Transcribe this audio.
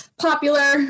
popular